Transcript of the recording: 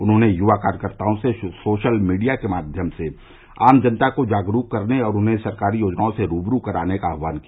उन्होंने युवा कार्यकर्ताओं से सोशल मीडिया के माध्यम से आम जनता को जागरूक करने और उन्हें सरकारी योजनाओं से रूबरू कराने का आहवान किया